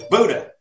Buddha